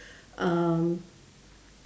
um